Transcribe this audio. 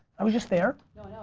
i was just there. no,